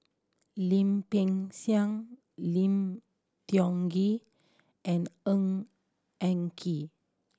Lim Peng Siang Lim Tiong Ghee and Ng Eng Kee